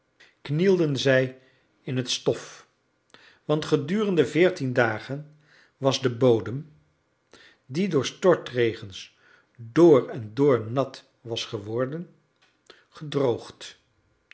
knielden zij in het stof want gedurende veertien dagen was de bodem die door stortregens door-en-door nat was geworden gedroogd